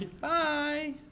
Bye